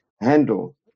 handle